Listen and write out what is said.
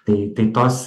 tai tai tos